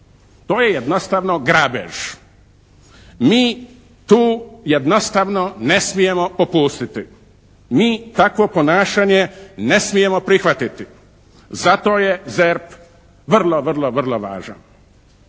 To je jednostavno grabež. Mi tu jednostavno ne smijemo popustiti. Mi takvo ponašanje ne smijemo prihvatiti. Zato je ZERP vrlo, vrlo, vrlo važan.